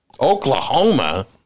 Oklahoma